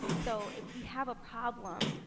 so if we have a problem,